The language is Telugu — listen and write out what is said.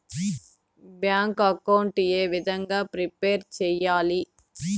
బ్యాంకు అకౌంట్ ఏ విధంగా ప్రిపేర్ సెయ్యాలి?